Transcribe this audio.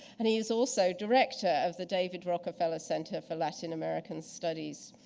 and he's also director of the david rockefeller center for latin american studies.